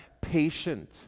patient